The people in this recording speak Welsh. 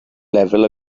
lefel